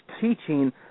teaching